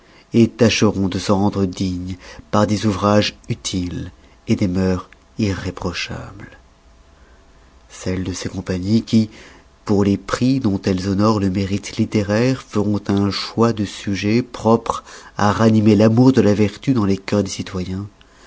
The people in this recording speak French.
et tâcheront de s'en rendre dignes par des ouvrages utiles des mœurs irréprochables celles de ces compagnies qui pour les prix dont elles honorent le mérite littéraire feront un choix de sujets propres à ranimer l'amour de la vertu dans les cœurs des citoyens